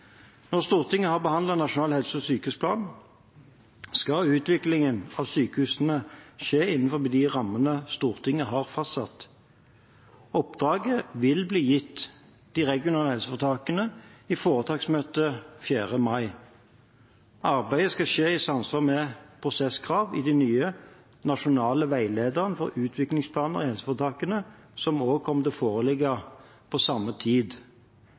Når Stortinget har behandlet Nasjonal helse- og sykehusplan, skal utviklingen for sykehusene skje innenfor de rammene Stortinget har fastsatt. Oppdraget vil bli gitt de regionale helseforetakene i foretaksmøtet 4. mai. Arbeidet skal skje i samsvar med prosesskrav i den nye nasjonale veilederen for utviklingsplaner i helseforetakene som også kommer til å foreligge på samme tid.